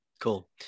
cool